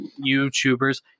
YouTubers